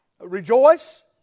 Rejoice